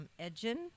Edgen